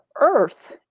Earth